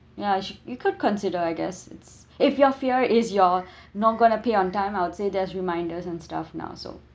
yes you could consider I guess is if your fear is you're not going to pay on time I will say set reminders and stuff now so